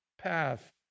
path